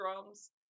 drums